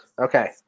Okay